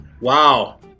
Wow